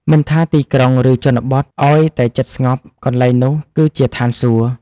មិនថាទីក្រុង ឬជនបទ ឱ្យតែចិត្តស្ងប់ កន្លែងនោះគឺជាឋានសួគ៌។